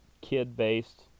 kid-based